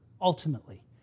ultimately